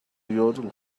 yodel